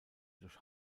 durch